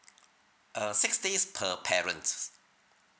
err six days per parents